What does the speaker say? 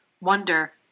wonder